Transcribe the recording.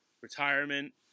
retirement